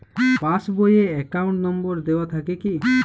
Pass বই এ account number দেওয়া থাকে কি?